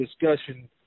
discussion